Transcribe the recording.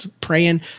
praying